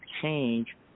change